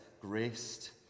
Graced